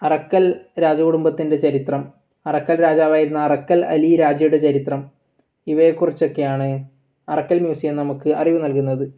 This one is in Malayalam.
അറക്കൽ രാജകുടുംബത്തിൻ്റെ ചരിത്രം അറക്കൽ രാജാവായിരുന്ന അറക്കൽ അലി രാജയുടെ ചരിത്രം ഇവയെക്കുറിച്ചൊക്കെയാണ് അറക്കൽ മ്യൂസിയം നമുക്ക് അറിവ് നൽകുന്നത്